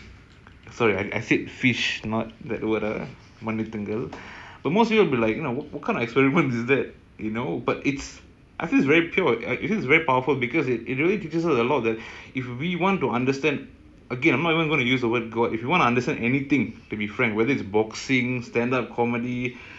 because whatever we do we have to go into the room the learning room or whatever it is naked if we're going to be holding on to our own I think I know that I think I know this I know a bit of this we learn about seventy percent but thirty percent still cannot